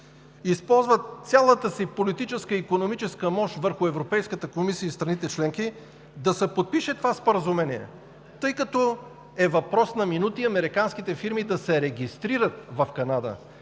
използват цялата си политическа и икономическа мощ върху Европейската комисия и страните членки да се подпише това споразумение, тъй като е въпрос на минути американските фирми да се регистрират в Канада